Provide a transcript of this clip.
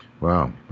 Wow